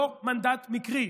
לא מנדט מקרי,